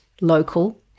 local